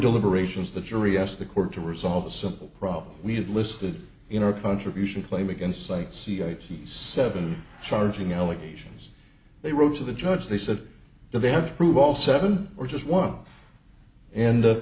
deliberations the jury asked the court to resolve a simple problem we had listed in our contribution claim against i see i see seven charging allegations they wrote to the judge they said that they had to prove all seven are just one and the